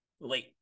late